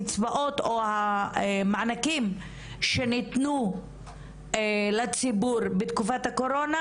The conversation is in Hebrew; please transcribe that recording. הקצבאות או המענקים שנתנו לציבור בתקופת הקורונה,